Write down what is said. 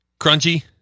crunchy